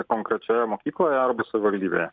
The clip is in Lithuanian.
konkrečioje mokykloje arba savivaldybėje